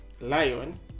Lion